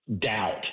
doubt